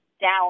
down